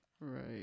right